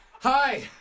Hi